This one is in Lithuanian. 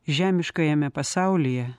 žemiškajame pasaulyje